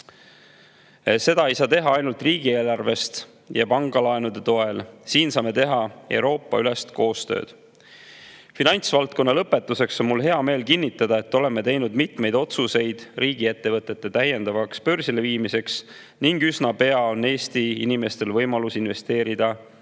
Neid ei saa teha ainult riigieelarvest ja pangalaenude toel, saame teha ka Euroopa-ülest koostööd. Finantsvaldkonna [ülevaate] lõpetuseks on mul hea meel kinnitada, et oleme teinud mitmeid otsuseid riigiettevõtete täiendavaks börsile viimiseks ning üsna pea on Eesti inimestel võimalus investeerida